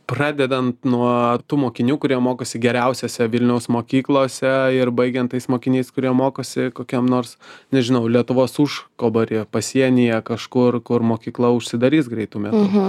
pradedant nuo tų mokinių kurie mokosi geriausiose vilniaus mokyklose ir baigiant tais mokiniais kurie mokosi kokiam nors nežinau lietuvos užkabory pasienyje kažkur kur mokykla užsidarys greitu metu